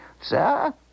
Sir